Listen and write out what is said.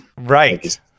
Right